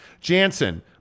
Jansen